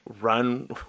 run